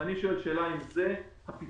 אני שואל האם זה הפתרון,